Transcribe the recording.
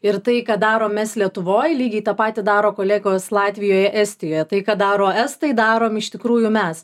ir tai ką darom mes lietuvoj lygiai tą patį daro kolegos latvijoj estijoje tai ką daro estai darom iš tikrųjų mes